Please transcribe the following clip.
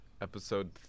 Episode